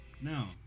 Now